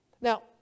Now